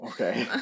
Okay